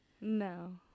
No